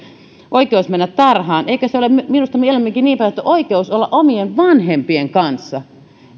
oikeus mennä tarhaan se on minusta mieluumminkin niinpäin että on oikeus olla omien vanhempiensa kanssa